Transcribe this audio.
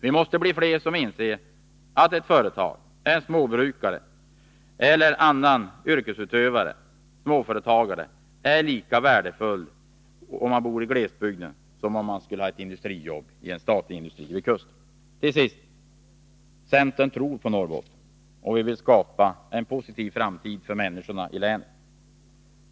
Vi måste bli fler som inser att företag, småbrukare, småföretagare eller andra yrkesutövare i glesbygden är lika värdefulla beståndsdelar i näringslivet som industrijobb i en statlig industri vid kusten. Till sist vill jag framhålla att centern tror på Norrbotten och vill skapa en positiv framtid för människorna i länet.